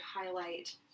highlight